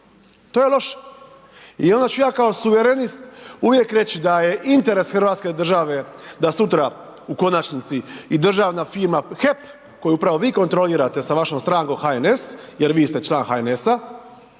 to je loše. I onda ću ja kao suvremenost, uvijek reći da je interes Hrvatske države, da sutra, u konačnici i državna firma HEP, koju upravo vi kontrolirate sa vašom strankom HNS, jer vi ste član HNS-a,